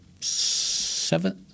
Seventh